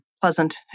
pleasant